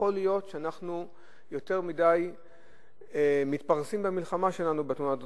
יכול להיות שאנחנו יותר מדי מתפרסים במלחמה שלנו בתאונות הדרכים.